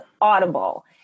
audible